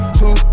two